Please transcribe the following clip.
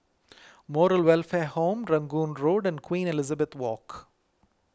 Moral Welfare Home Rangoon Road and Queen Elizabeth Walk